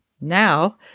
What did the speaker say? Now